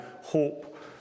hope